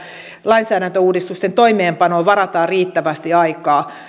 lainsäädäntöuudistusten toimeenpanoon varataan riittävästi aikaa